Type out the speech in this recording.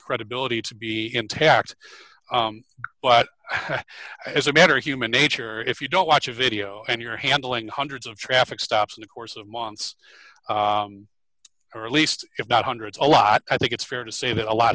credibility to be intact but as a matter of human nature if you don't watch a video and you're handling hundreds of traffic stops in the course of months or at least if not hundreds a lot i think it's fair to say that a lot